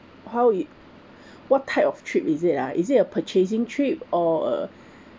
how it what type of trip is it ah is it a purchasing trip or uh